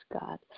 God